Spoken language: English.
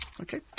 Okay